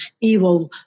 evil